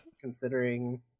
Considering